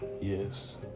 Yes